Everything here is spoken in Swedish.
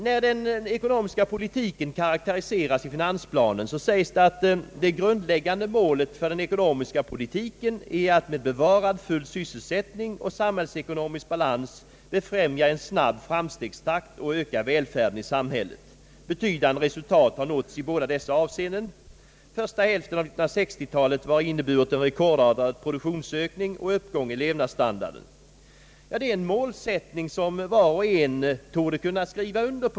När den ekonomiska politiken karakteriseras i finansplanen sägs: »Det grundläggande målet för den ekonomiska politiken är att med bevarad full sysselsättning och samhällsekonomisk balans främja en snabb framstegstakt och öka välfärden i samhället. Betydande resultat har nåtts i båda dessa avseenden. Första hälften av 1960-talet har inneburit en rekordartad produktionsökning och uppgång i levnadsstandarden.» Det är en målsättning som var och en torde kunna instämma i.